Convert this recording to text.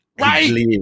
Right